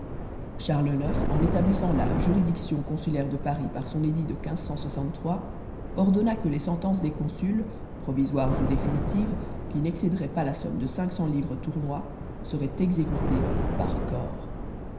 charles ix en établissant la juridiction consulaire de paris par son édit de ordonna que les sentences des consuls provisoires ou définitives qui n'excéderaient pas la somme de cinq cents livres tournois seraient exécutées par corps